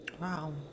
Wow